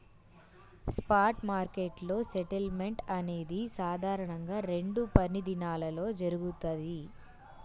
spot మార్కెట్లో settlement అనేది సాధారణంగా రెండు పనిదినాల్లో జరుగుతది,